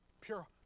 Pure